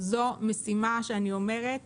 זו משימה שאני אומרת